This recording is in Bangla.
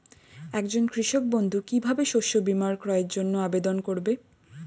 একজন কৃষক বন্ধু কিভাবে শস্য বীমার ক্রয়ের জন্যজন্য আবেদন করবে?